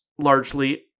largely